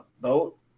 boat